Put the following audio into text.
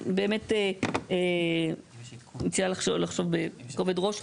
אני באמת מציעה לחשוב בכובד ראש.